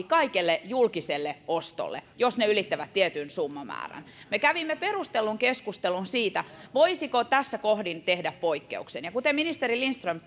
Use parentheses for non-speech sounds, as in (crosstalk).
(unintelligible) kaikelle julkiselle ostolle jos se ylittää tietyn summamäärän me kävimme perustellun keskustelun siitä voisiko tässä kohdin tehdä poikkeuksen ja kuten ministeri lindström (unintelligible)